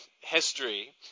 history